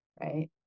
right